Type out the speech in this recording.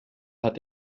hat